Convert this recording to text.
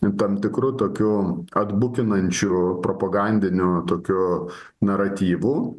tam tikru tokiu atbukinančiu propagandiniu tokiu naratyvu